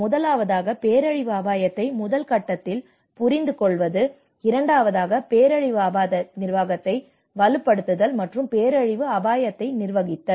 முதலாவதாக பேரழிவு அபாயத்தை முதல் கட்டத்தில் புரிந்துகொள்வது இரண்டாவதாக பேரழிவு அபாய நிர்வாகத்தை வலுப்படுத்துதல் மற்றும் பேரழிவு அபாயத்தை நிர்வகித்தல்